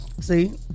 See